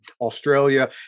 Australia